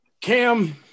Cam